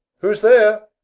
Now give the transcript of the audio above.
who's there?